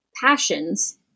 passions